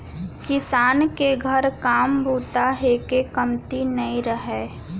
किसान के घर काम बूता हे के कमती नइ रहय